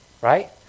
Right